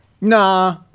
Nah